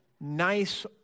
nice